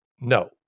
No